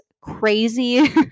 crazy